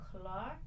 Clark